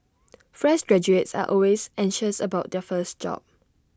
fresh graduates are always anxious about their first job